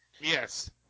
Yes